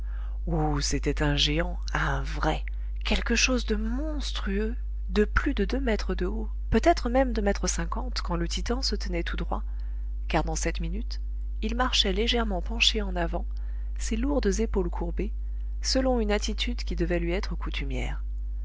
oh c'était un géant un vrai quelque chose de monstrueux de plus de deux mètres de haut peut-être même deux mètres cinquante quand le titan se tenait tout droit car dans cette minute il marchait légèrement penché en avant ses lourdes épaules courbées selon une attitude qui devait lui être coutumière